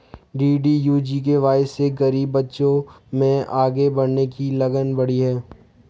DDU GKY से गरीब बच्चों में आगे बढ़ने की लगन बढ़ी है